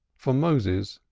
for moses,